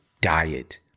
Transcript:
diet